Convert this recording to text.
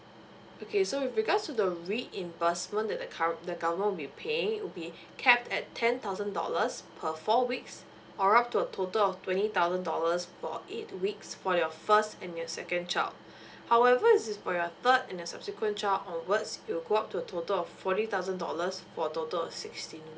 okay so with regards to the reimbursement that the current the government will be paying would be kept at ten thousand dollars per for weeks or up to a total of twenty thousand dollars for eight weeks for your first and your second child however is this for your third and the subsequent child onwards it will go up to a total of forty thousand dollars for a total sixteen weeks